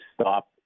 stop